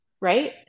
right